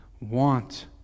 Want